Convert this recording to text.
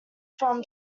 from